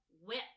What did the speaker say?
Whip